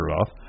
off